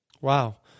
Wow